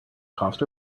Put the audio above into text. cost